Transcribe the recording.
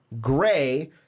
Gray